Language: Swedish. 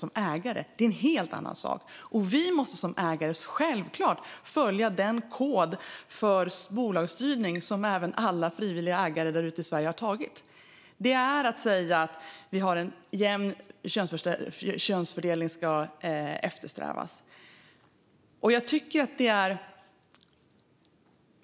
Som ägare måste vi självklart följa den kod för bolagsstyrning som alla andra ägare frivilligt har antagit. Det är att säga att en jämn könsfördelning ska eftersträvas.